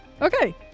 Okay